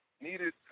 needed